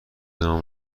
نامم